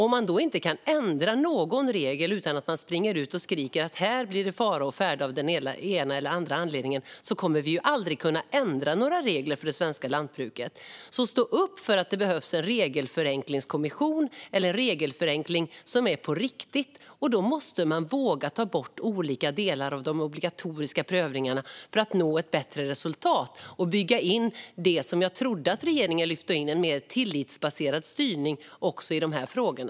Om man då inte kan ändra någon regel utan att gå ut och skrika att det är fara å färde av den ena eller andra anledningen kommer vi aldrig att kunna ändra några regler för det svenska lantbruket. Stå upp för att det behövs en regelförenklingskommission och en regelförenkling på riktigt! Då måste man våga ta bort olika delar av de obligatoriska prövningarna för att nå ett bättre resultat. Man måste bygga in det som jag trodde att regeringen lyfte in, nämligen en mer tillitsbaserad styrning, också i de här frågorna.